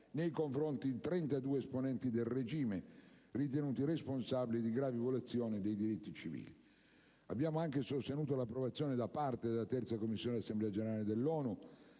nei confronti di 32 esponenti del regime ritenuti responsabili di gravi violazioni dei diritti civili. Abbiamo anche sostenuto l'approvazione, da parte della Terza Commissione dell'Assemblea Generale dell'ONU,